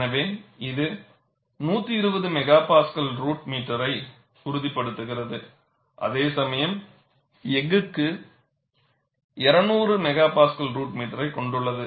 எனவே இது 120 MPa root மீட்டரை உறுதிப்படுத்துகிறது அதேசமயம் எஃகுக்கு 200 MPa ரூட் மீட்டரைக் கொண்டுள்ளது